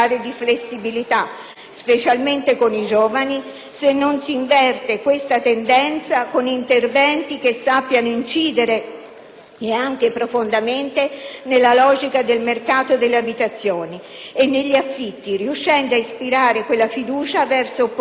specialmente con i giovani - se non si inverte questa tendenza con interventi che sappiano incidere profondamente nella logica del mercato delle abitazioni e negli affitti, riuscendo ad ispirare quella fiducia verso opportunità diverse